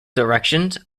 directions